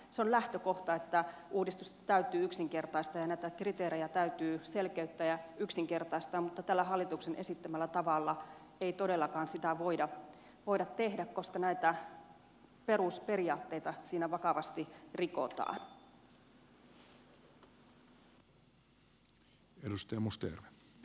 se on lähtökohta että uudistusta täytyy yksinkertaistaa ja näitä kriteerejä täytyy selkeyttää ja yksinkertaistaa mutta tällä hallituksen esittämällä tavalla ei todellakaan sitä voida tehdä koska näitä perusperiaatteita siinä vakavasti rikotaan